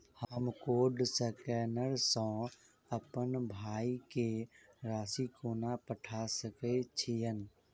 हम code scanner सँ अप्पन भाय केँ राशि कोना पठा सकैत छियैन?